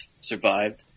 survived